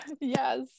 Yes